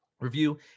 review